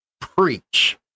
preach